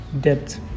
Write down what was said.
debt